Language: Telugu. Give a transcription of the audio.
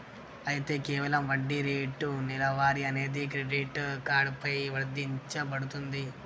అయితే కేవలం వడ్డీ రేటు నెలవారీ అనేది క్రెడిట్ కార్డు పై వర్తించబడుతుంది